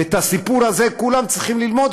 ואת הסיפור הזה כולם צריכים ללמוד,